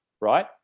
right